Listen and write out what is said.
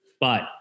But-